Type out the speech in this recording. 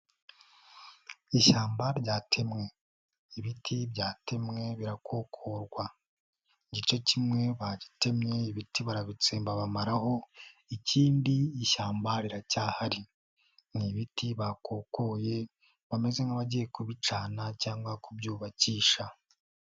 Ishyamba ryatemwe, ibiti byatemwe, birakokorwa. Igice kimwe bagitemye ibiti barabitsemba bamaraho, ikindi ishyamba riracyahari. Ni ibiti bakokoye bameze nk'abagiye kubicana cyangwa kubyubakisha.